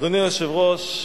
אדוני היושב-ראש,